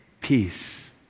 peace